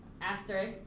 Asterisk